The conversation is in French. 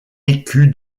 écu